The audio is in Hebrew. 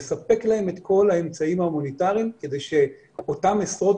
לספק להם את כל האמצעים ההומניטריים כדי שאותם עשרות